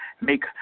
make